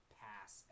pass